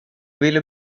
ville